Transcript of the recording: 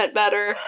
better